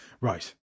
Right